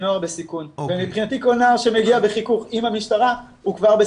לבני נוער בתקופה הזאת ולילדים שנמצאים בבתים,